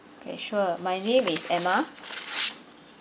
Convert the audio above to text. okay sure my name is emma